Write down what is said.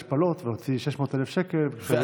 והשפלות ולהוציא 600,000 שקל כדי להביא ילדים בישראל.